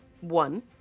one